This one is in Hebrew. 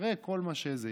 אחרי כל מה שזה.